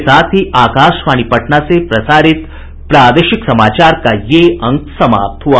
इसके साथ ही आकाशवाणी पटना से प्रसारित प्रादेशिक समाचार का ये अंक समाप्त हुआ